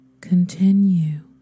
continue